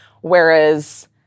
whereas